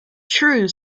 true